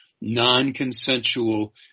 non-consensual